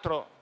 con